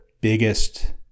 biggest